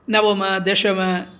नवमदशम